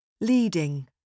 Leading